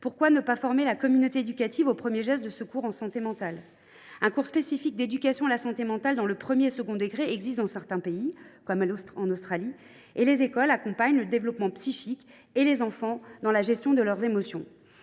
Pourquoi ne pas former la communauté éducative aux premiers gestes de secours en santé mentale ? Un cours spécifique d’éducation à la santé mentale dans les premier et second degrés existe dans certains pays, comme l’Australie, et les écoles accompagnent le développement psychique, ainsi que la gestion des émotions